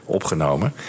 opgenomen